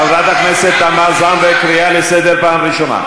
חברת הכנסת תמר זנדברג, קריאה לסדר פעם ראשונה.